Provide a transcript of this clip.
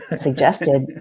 suggested